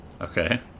Okay